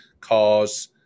cause